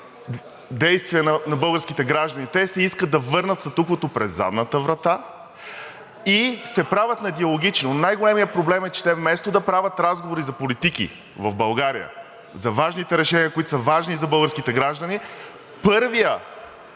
действия на българските граждани. Те искат да върнат статуквото през задната врата и се правят на диалогични. Най-големият проблем е, че те, вместо да правят разговори за политики в България, за важните решения, които са важни за българските граждани, първият